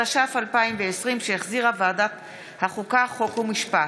התש"ף 2020, שהחזירה ועדת החוקה, חוק ומשפט.